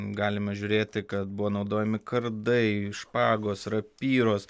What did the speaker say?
galima žiūrėti kad buvo naudojami kardai špagos rapyros